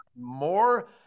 more